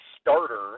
starter